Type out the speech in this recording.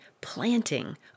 planting